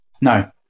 no